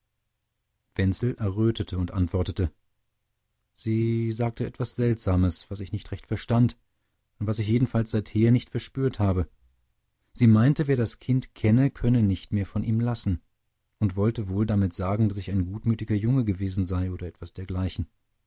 wenzel errötete und antwortete sie sagte etwas seltsames was ich nicht recht verstand und was ich jedenfalls seither nicht verspürt habe sie meinte wer das kind kenne könne nicht mehr von ihm lassen und wollte wohl damit sagen daß ich ein gutmütiger junge gewesen sei oder etwas dergleichen